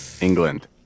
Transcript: England